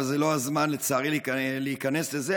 אבל זה לא הזמן לצערי להיכנס לזה.